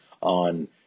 on